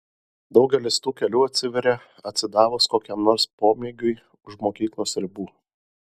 daugelis tų kelių atsiveria atsidavus kokiam nors pomėgiui už mokyklos ribų